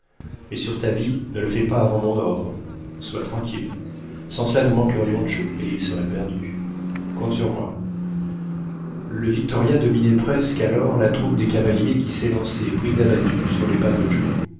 mais sur ta vie ne le fais pas avant mon ordre sois tranquille sans cela nous manquerions joe et il serait perdu compte sur moi le victoria dominait presque alors la troupe des cavaliers qui s'élançaient bride abattue sur les pas de joe